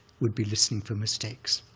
would be listening for mistakes.